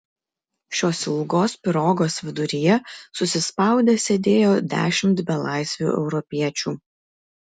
šios ilgos pirogos viduryje susispaudę sėdėjo dešimt belaisvių europiečių